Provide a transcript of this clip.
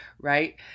right